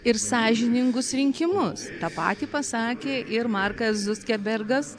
ir sąžiningus rinkimus tą patį pasakė ir markas zuckebergas